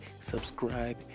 subscribe